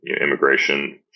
immigration